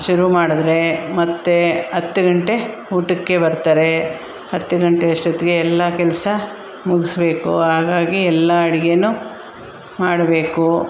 ಶುರು ಮಾಡಿದ್ರೆ ಮತ್ತೆ ಹತ್ತು ಗಂಟೆ ಊಟಕ್ಕೆ ಬರ್ತಾರೆ ಹತ್ತು ಗಂಟೆ ಅಷ್ಟೊತ್ತಿಗೆ ಎಲ್ಲ ಕೆಲಸ ಮುಗಿಸ್ಬೇಕು ಹಾಗಾಗಿ ಎಲ್ಲ ಅಡಿಗೆನು ಮಾಡಬೇಕು